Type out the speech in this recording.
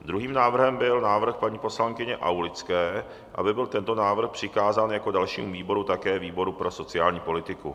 Druhým návrhem byl návrh paní poslankyně Aulické, aby byl tento návrh přikázán jako dalšímu výboru také výboru pro sociální politiku.